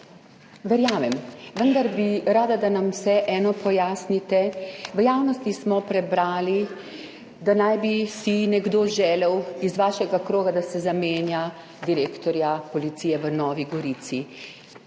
verjamem, vendar bi rada, da nam vseeno pojasnite. V javnosti smo prebrali, da naj bi si nekdo želel, iz vašega kroga, da se zamenja direktorja policije v Novi Gorici.